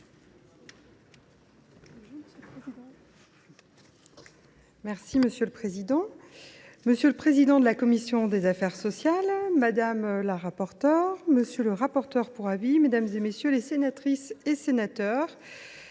Monsieur le président, monsieur le président de la commission des affaires sociales, madame la rapporteure, monsieur le rapporteur pour avis, mesdames, messieurs les sénateurs,